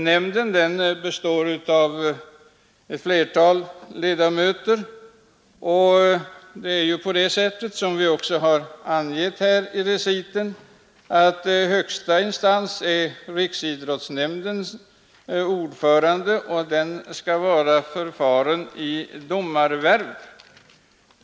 Nämnden består av ett flertal ledamöter, och som vi har angett i reciten är högsta instans riksidrottsnämnden vars ordförande skall vara ”förfaren i domarvärv”.